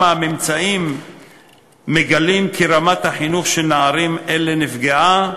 הממצאים שם מגלים כי רמת החינוך של נערים אלה נפגעה,